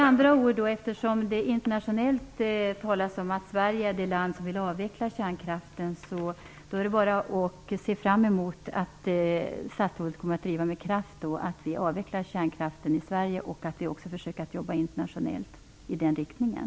Fru talman! Eftersom det internationellt talas om att Sverige är det land som vill avveckla kärnkraften, är det väl bara att se fram emot att statsrådet med kraft kommer att driva en avveckling av kärnkraften i Sverige och att vi också försöker jobba internationellt i den riktningen.